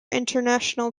international